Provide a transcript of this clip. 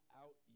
out